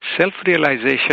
Self-realization